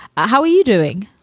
how are you doing?